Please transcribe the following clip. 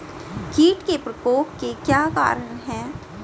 कीट के प्रकोप के क्या कारण हैं?